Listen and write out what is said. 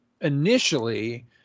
initially